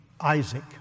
Isaac